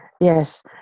Yes